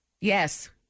Yes